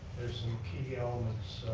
some key elements